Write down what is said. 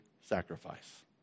sacrifice